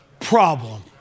problem